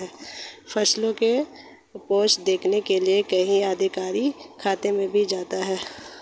फसलों की उपज देखने के लिए कई अधिकारी खेतों में भी जाते हैं